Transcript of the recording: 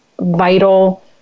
vital